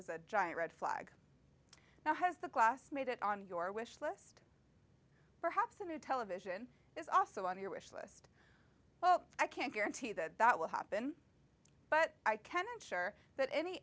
as a giant red flag how has the class made it on your wishlist perhaps a new television is also on your wish list well i can't guarantee that that will happen but i can ensure that any